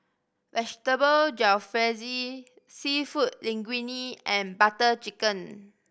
Vegetable Jalfrezi Seafood Linguine and Butter Chicken